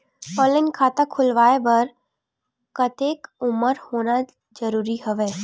Online खाता खुलवाय बर कतेक उमर होना जरूरी हवय?